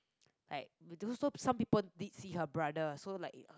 like with so some people did see her brother so like